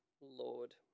Lord